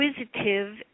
inquisitive